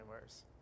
worse